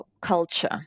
culture